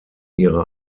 ihre